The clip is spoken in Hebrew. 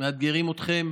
מאתגרים אתכם